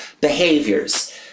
behaviors